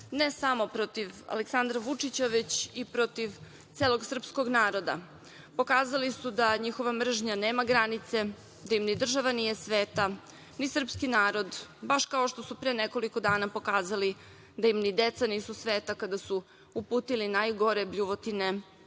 ne samo protiv Aleksandra Vučića, već i protiv celog srpskog naroda. Pokazali su da njihova mržnja nema granice, da im ni država nije sveta, ni srpski narod, baš kao što su pre nekoliko dana pokazali da im ni deca nisu sveta kada su uputili najgore bljuvotine